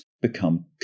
become